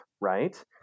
right